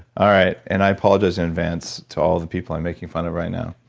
all right and i apologize in advance to all the people i'm making fun of right now.